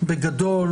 שבגדול